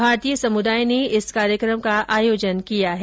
भारतीय समुदाय ने इस कार्यक्रम का आयोजन किया है